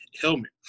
helmet